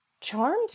charmed